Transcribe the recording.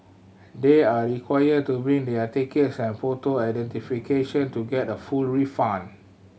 they are required to bring their tickets and photo identification to get a full refund